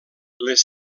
les